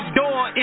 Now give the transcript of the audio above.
door